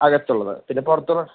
അകത്ത് ഉള്ളത് പിന്നെ പുറത്തുള്ള